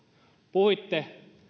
puhuitte